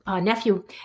nephew